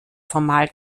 formal